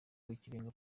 rw’ikirenga